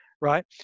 right